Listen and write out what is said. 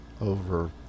over